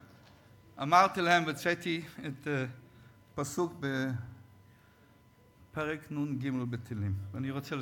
והוצאתי פסוק בפרק נ"ג בתהילים, ואני רוצה לצטט,